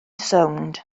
sownd